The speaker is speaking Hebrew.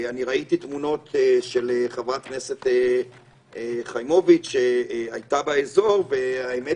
ראיתי תמונות של חברת הכנסת חיימוביץ' שהייתה באזור והאמת